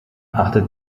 achtet